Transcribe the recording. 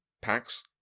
packs